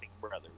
brothers